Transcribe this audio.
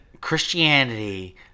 Christianity